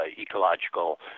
ecological